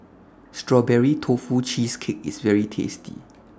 Strawberry Tofu Cheesecake IS very tasty